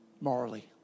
morally